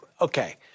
Okay